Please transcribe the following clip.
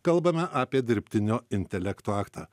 kalbame apie dirbtinio intelekto aktą